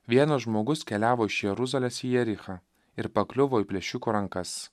vienas žmogus keliavo iš jeruzalės į jerichą ir pakliuvo į plėšikų rankas